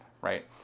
Right